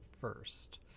first